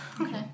Okay